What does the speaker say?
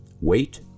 Wait